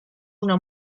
una